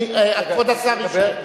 כבוד השר יישאר.